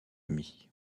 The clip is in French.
amie